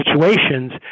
situations